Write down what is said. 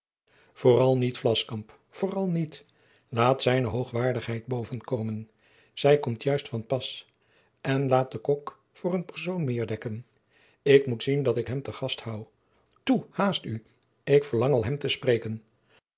vooral niet vlascamp vooral niet laat zijne hoogwaardigheid boven komen zij komt juist van pas en laat de kok voor een persoon meer dekken ik moet zien dat ik hem te gast hou toe haast u ik verlang al hem te spreken